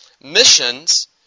missions